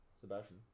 Sebastian